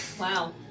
wow